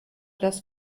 das